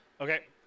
Okay